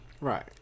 right